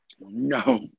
no